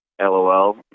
lol